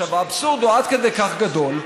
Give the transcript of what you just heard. האבסורד הוא עד כדי כך גדול,